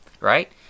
right